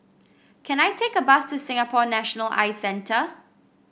can I take a bus to Singapore National Eye Centre